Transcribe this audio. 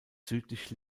südlich